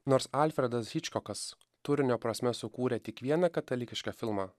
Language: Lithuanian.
nors alfredas hičkokas turinio prasme sukūrė tik vieną katalikišką filmą